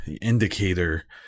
indicator